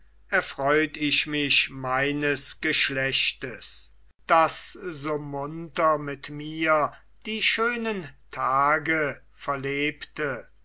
erfreut ich mich meines geschlechtes das so munter mit mir die schönen tage verlebte